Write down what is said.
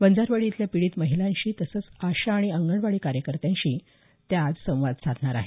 वंजारवाडी इथल्या पीडित महिलांशी तसंच आशा आणि अंगणवाडी कार्यकर्त्यांशी त्या आज संवाद साधणार आहेत